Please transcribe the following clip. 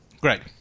Great